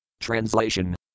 Translation